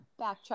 backtrack